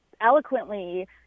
eloquently